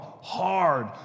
hard